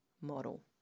model